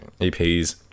EPs